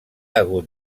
hagut